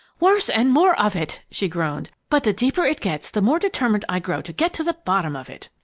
worse and more of it! she groaned. but the deeper it gets, the more determined i grow to get to the bottom of it!